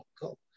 go